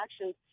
actions